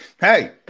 hey